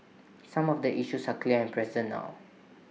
some of the issues are clear and present now